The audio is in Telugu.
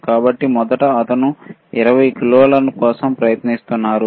కాబట్టి ఇప్పుడు చూద్దాం మొదటి అతను 20 కిలో లు కోసం ప్రయత్నిస్తున్నారు